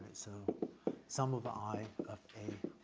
so sum of i of a